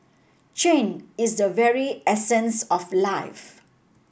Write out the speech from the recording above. change is a very essence of life